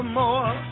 more